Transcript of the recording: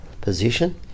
position